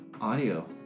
audio